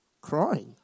crying